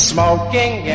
Smoking